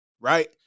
right